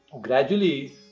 gradually